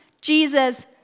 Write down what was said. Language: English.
Jesus